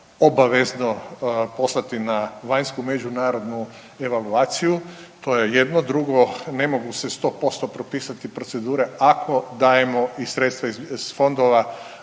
obavezno poslati na vanjsku međunarodnu evaluaciju, to je jedno. Drugo ne mogu se 100% propisati procedure ako dajemo i sredstva iz fondova